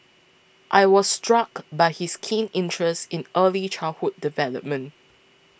I was struck by his keen interest in early childhood development